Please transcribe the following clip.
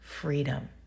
freedom